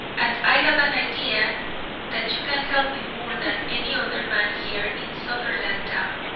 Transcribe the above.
and i have an idea that you can help me more than any other man here in sutherlandtown.